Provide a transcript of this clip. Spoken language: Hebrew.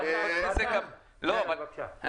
רשימת האיחוד הערבי): למה בלתי מבוקר?